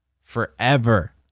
forever